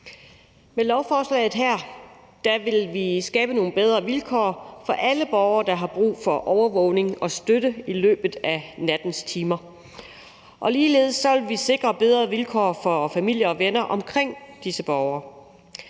Med lovforslaget her vil vi skabe nogle bedre vilkår for alle borgere, der har brug for overvågning og støtte i løbet af nattens timer. Ligeledes vil vi sikre bedre vilkår for familier og venner omkring disse borgere.